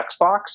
Xbox